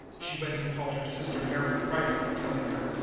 she went and called her sister mary privately, telling her,